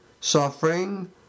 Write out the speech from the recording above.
suffering